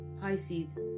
Pisces